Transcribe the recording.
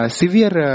severe